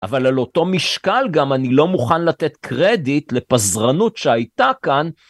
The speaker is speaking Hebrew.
אבל על אותו משקל גם אני לא מוכן לתת קרדיט לפזרנות שהייתה כאן.